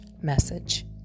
message